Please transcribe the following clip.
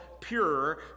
pure